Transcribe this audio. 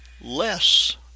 less